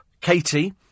Katie